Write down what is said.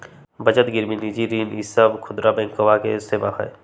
बचत गिरवी निजी ऋण ई सब खुदरा बैंकवा के सेवा हई